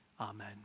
Amen